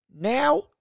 Now